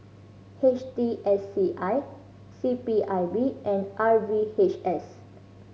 H T S C I C P I B and R V H S